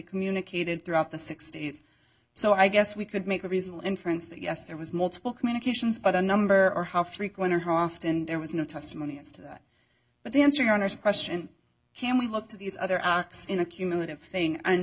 communicated throughout the sixty's so i guess we could make a reasonable inference that yes there was multiple communications but a number or how frequent or how often there was no testimony as to that but the answering honest question can we look to these other in a cumulative thing and